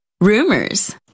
rumors